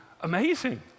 Amazing